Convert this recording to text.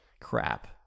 crap